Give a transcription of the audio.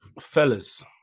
fellas